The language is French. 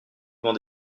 vend